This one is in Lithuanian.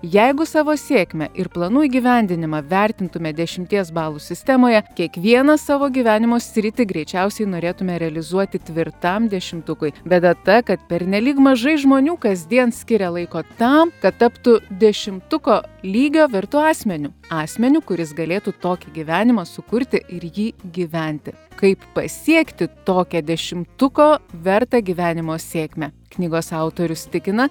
jeigu savo sėkmę ir planų įgyvendinimą vertintume dešimties balų sistemoje kiekvieną savo gyvenimo sritį greičiausiai norėtume realizuoti tvirtam dešimtukui bėda ta kad pernelyg mažai žmonių kasdien skiria laiko tam kad taptų dešimtuko lygio vertu asmeniu asmeniu kuris galėtų tokį gyvenimą sukurti ir jį gyventi kaip pasiekti tokią dešimtuko vertą gyvenimo sėkmę knygos autorius tikina